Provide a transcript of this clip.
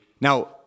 now